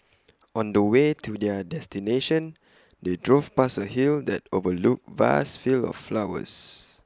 on the way to their destination they drove past A hill that overlooked vast fields of sunflowers